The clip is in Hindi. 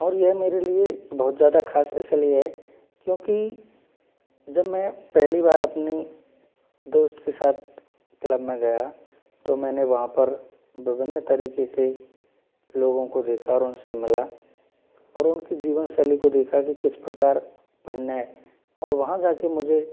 और यह मेरे लिए बहुत ज़्यादा खास इसलिए है क्योंकि जब मैं पहली बार अपनी दोस्त के साथ क्लब में गया तो मैंने वहाँ पर विभिन्न तरीके के लोगों को देखा और उनसे मिला और उनकी जीवन शैली को देखा कि किस प्रकार भिन्न है और वहाँ जाके मुझे